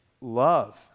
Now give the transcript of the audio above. love